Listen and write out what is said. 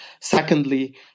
Secondly